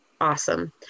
awesome